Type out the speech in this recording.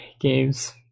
games